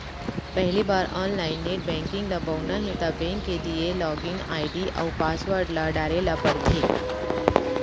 पहिली बार online net banking ल बउरना हे त बेंक के दिये लॉगिन आईडी अउ पासवर्ड ल डारे ल परथे